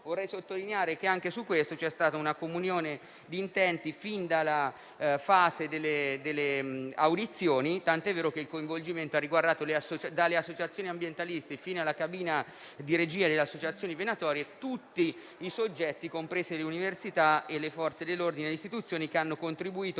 Vorrei sottolineare che anche su questo c'è stata una comunione di intenti fin dalla fase delle audizioni, tant'è vero che il coinvolgimento ha riguardato dalle associazioni ambientalisti fino alla cabina di regia delle associazioni venatorie, ovvero tutti i soggetti, comprese le università e le Forze dell'ordine e le istituzioni, che hanno contribuito